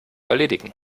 erledigen